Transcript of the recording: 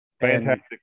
Fantastic